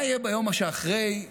זה המיליארדים לכספים הקואליציוניים,